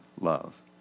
love